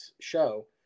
show